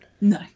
No